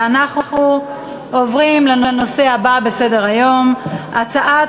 אנחנו עוברים לנושא הבא בסדר-היום: הצעת